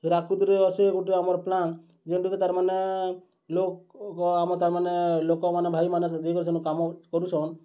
ହିରାକୁଦ୍ରେ ଅଛେ ଗୁଟେ ଆମର୍ ପ୍ଲାଣ୍ଟ୍ ଯେନ୍ଥିକି ତା'ର୍ମାନେ ଲୋକ୍ ଆମର୍ ତା'ର୍ମାନେ ଲୋକମାନେ ଭାଇମାନେ ଯାଇକରି ସେନ କାମ୍ କରୁଛନ୍